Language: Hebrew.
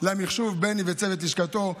למחשוב, לבני ולצוות לשכתו.